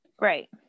Right